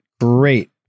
great